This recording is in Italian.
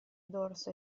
dorso